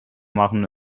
machen